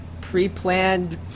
pre-planned